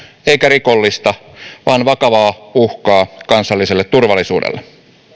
eikä rikollista vaan vakavaa uhkaa kansalliselle turvallisuudelle